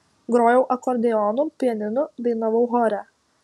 grojau akordeonu pianinu dainavau chore